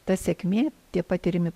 ta sėkmė tie patiriami